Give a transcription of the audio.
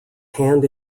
hand